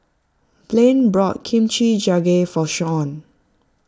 Blaine brought Kimchi Jjigae for Shaun